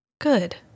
good